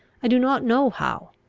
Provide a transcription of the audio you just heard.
i do not know how.